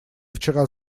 вчера